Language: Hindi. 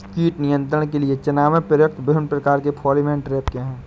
कीट नियंत्रण के लिए चना में प्रयुक्त विभिन्न प्रकार के फेरोमोन ट्रैप क्या है?